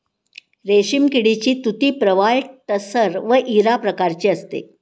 रेशीम किडीची तुती प्रवाळ टसर व इरा प्रकारची असते